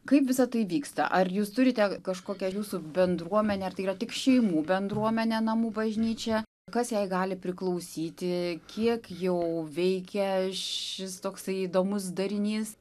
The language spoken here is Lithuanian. kaip visa tai vyksta ar jūs turite kažkokią jūsų bendruomenę ar tai yra tik šeimų bendruomenė namų bažnyčia kas jai gali priklausyti kiek jau veikia šis toksai įdomus darinys